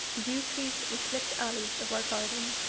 the yew trees and clipped alleys of our garden.